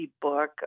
book